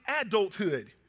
adulthood